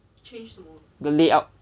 the layout